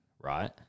right